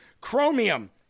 Chromium